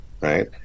Right